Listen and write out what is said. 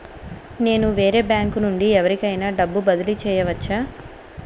నేను వేరే బ్యాంకు నుండి ఎవరికైనా డబ్బు బదిలీ చేయవచ్చా?